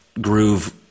groove